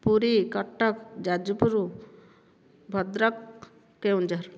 Puri Cuttack Jajpur Bhadrak Keonjhar